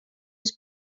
les